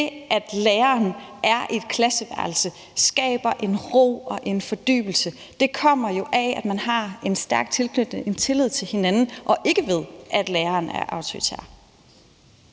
det, at læreren er i et klasseværelse, skaber en ro og en fordybelse. Det kommer jo af, at man har en stærk tilknytning og tillid til hinanden, og ikke af, at læreren er autoritær.